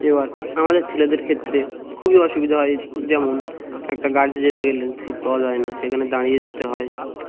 এবার আমাদের ছেলেদের ক্ষেত্রে খুবই অসুবিধা হয় যেমন একটা গাড়িতে যেতে গেলে সিট পাওয়া যায় না সেখানে দাঁড়িয়ে যেতে হয়